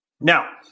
Now